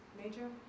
major